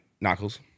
Knuckles